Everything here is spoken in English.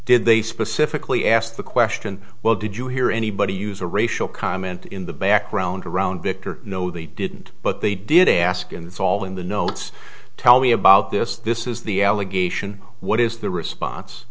did they specifically asked the question well did you hear anybody use a racial comment in the background around victor no they didn't but they did ask involving the notes tell me about this this is the allegation what is the response